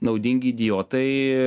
naudingi idiotai